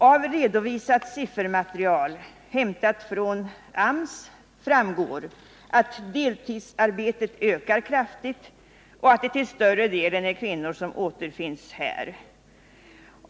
Av redovisat siffermaterial, hämtat från AMS, framgår att deltidsarbetet ökar kraftigt och att det till större delen är kvinnor som återfinns här.